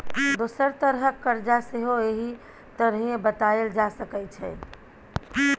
दोसर तरहक करजा सेहो एहि तरहें बताएल जा सकै छै